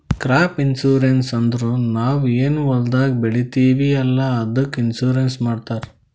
crop insurance ಅಂದುರ್ ನಾವ್ ಏನ್ ಹೊಲ್ದಾಗ್ ಬೆಳಿತೀವಿ ಅಲ್ಲಾ ಅದ್ದುಕ್ ಇನ್ಸೂರೆನ್ಸ್ ಮಾಡ್ತಾರ್